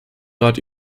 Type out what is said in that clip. rat